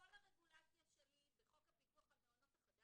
ולהגיד "במקום".